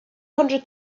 hundred